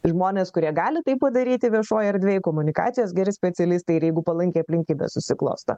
žmonės kurie gali tai padaryti viešoj erdvėj komunikacijos geri specialistai ir jeigu palankiai aplinkybės susiklosto